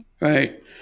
Right